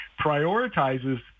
prioritizes